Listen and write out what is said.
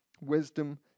wisdom